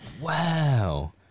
wow